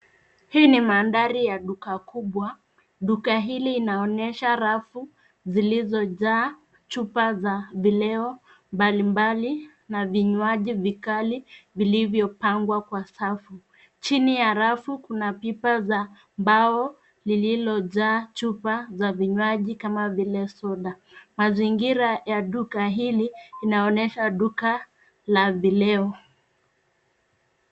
Hii ni mandhari ya duka kubwa. Duka hili linaonesha rafu zilizojaa chupa za vileo mbalimbali na vinywaji vikali vilivyopangwa kwa safu. Chini ya rafu kuna pipa za mbao lililojaa chupa za vinywaji kama vile soda. Mazingira ya duka hili linaonesha duka la vileo.